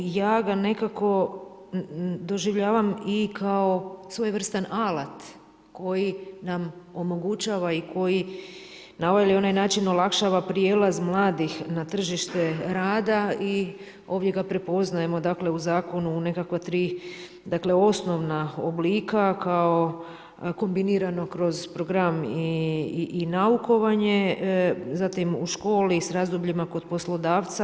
Ja ga nekako doživljavam i kao svojevrstan alat koji nam omogućava i koji na ovaj ili onaj način olakšava prijelaz mladih na tržište rada i ovdje ga prepoznajemo, dakle u zakonu u nekakva tri, dakle osnovna oblika kao kulminirano kroz program i naukovanje, zatim u školi sa razdobljima kod poslodavca.